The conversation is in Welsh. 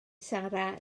sarra